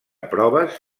proves